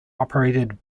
operated